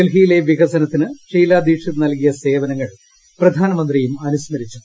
ഡൽഹിയിലെ വികസനത്തിന് ഷീലാ ദീക്ഷിത് നൽകിയ സേവനങ്ങൾ പ്രധാനമന്ത്രിയും അനുസ്മരിച്ചു